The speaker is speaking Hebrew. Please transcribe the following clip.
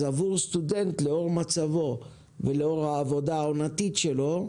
אז עבור סטודנט לאור מצבו ולאור העבודה העונתית שלו,